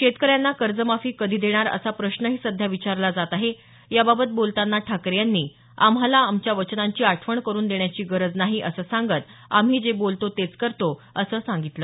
शेतकऱ्यांना कर्जमाफी कधी देणार असा प्रश्नही सध्या विचारला जात आहे याबाबत बोलतांना ठाकरे यांनी आम्हाला आमच्या वचनांची आठवण करुन देण्याची गरज नाही असं सांगत आम्ही जे बोलतो तेच करतो असं सांगितलं